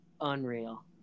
unreal